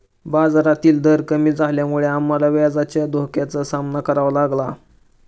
बाजारातील दर कमी झाल्यामुळे आम्हाला व्याजदराच्या धोक्याचा सामना करावा लागला